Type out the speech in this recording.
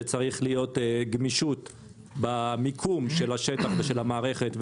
על כך שצריכה להיות גמישות במיקום של השטח ושל המערכת.